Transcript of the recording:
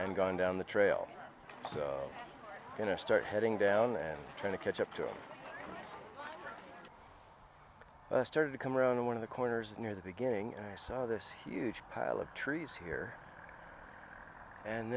i'm going down the trail so when i start heading down and trying to catch up to i started to come around to one of the corners near the beginning and i saw this huge pile of trees here and